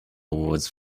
awards